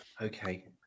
Okay